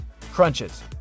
Crunches